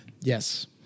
Yes